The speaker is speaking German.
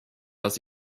aus